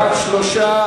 התשס"ח 2008,